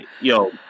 yo